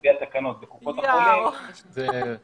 לפי התקנות בקופות החולים זה --- להיפך,